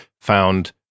found